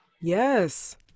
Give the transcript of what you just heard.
Yes